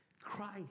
Christ